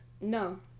No